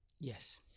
Yes